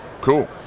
Cool